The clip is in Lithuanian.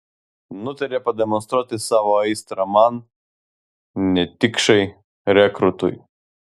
nutarė pademonstruoti savo aistrą man netikšai rekrūtui